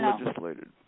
legislated